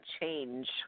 change